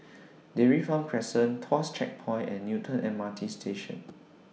Dairy Farm Crescent Tuas Checkpoint and Newton M R T Station